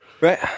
Right